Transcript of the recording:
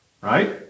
right